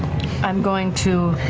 i'm going to